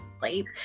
sleep